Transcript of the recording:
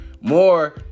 more